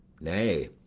nay,